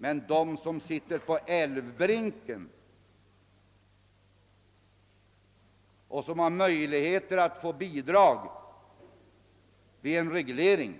Men för dem som sitter på älvbrinken och som har möjlighet att få bidrag vid en reglering